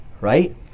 right